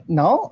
now